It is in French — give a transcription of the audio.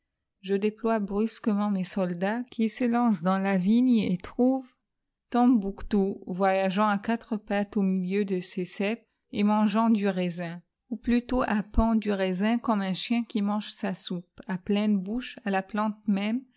je déploie brusquement mes soldats qui s'élancent dans la vigne et trouvent tombouctou voyageant à quatre pattes au milieu des ceps et mangeant du raisin ou plutôt happant du raisin comme un chien qui mange sa soupe à pleine bouche à la plante même